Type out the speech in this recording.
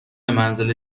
منزل